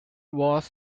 was